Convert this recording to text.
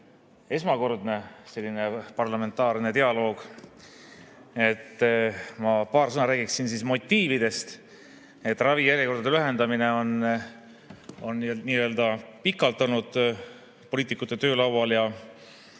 esmakordne selline parlamentaarne dialoog. Ma paar sõna räägin siis motiividest. Ravijärjekordade lühendamine on pikalt olnud poliitikute töölaual.